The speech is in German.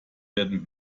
werden